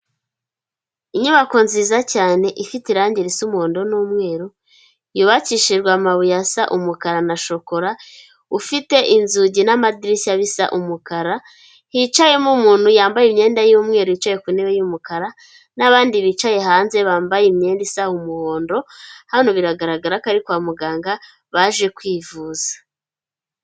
Inyubako nziza cyane ifite irangi risa umuhondo n'umweru, yubakishijwe amabuye asa umukara na shokora, ufite inzugi n'amadirishya bisa umukara ,hicayemo umuntu yambaye imyenda y'umweru yicaye ku ntebe yumukara ,nabandi bicaye hanze bambaye imyenda isa umuhondo ,hano biragaragara ko ari kwa muganga baje kwivuza.